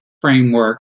framework